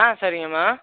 ஆ சரிங்கம்மா